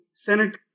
Senate